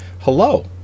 Hello